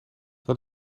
dat